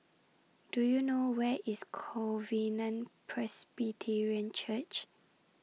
Do YOU know Where IS Covenant Presbyterian Church